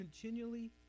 continually